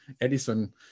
Edison